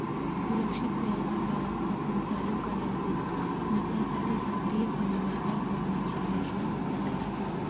सुरक्षित व्यवहार व्यवस्थापन चालू कालावधीत नफ्यासाठी सक्रियपणे व्यापार करण्याची योजना आखत आहे